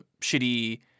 shitty